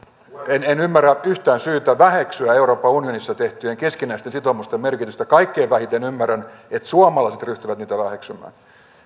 en en ymmärrä yhtään syytä väheksyä euroopan unionissa tehtyjen keskinäisten sitoumusten merkitystä kaikkein vähiten ymmärrän että suomalaiset ryhtyvät niitä väheksymään